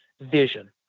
vision